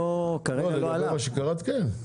לגבי מה שקראת, כן.